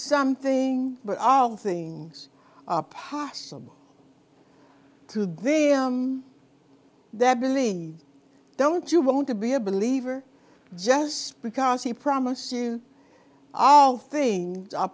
something but all things are possible to get them that believe don't you want to be a believer just because he promised soon all things